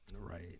Right